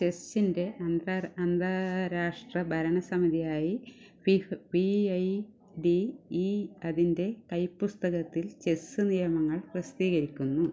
ചെസ്സിൻ്റെ അന്താ അന്താരാഷ്ട്ര ഭരണ സമിതിയായി FIDE F I D E അതിൻ്റെ കൈ പുസ്തകത്തിൽ ചെസ്സ് നിയമങ്ങൾ പ്രസിദ്ധീകരിക്കുന്നു